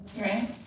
Right